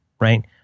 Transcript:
right